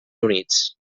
units